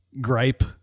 gripe